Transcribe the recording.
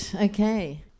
Okay